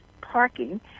parking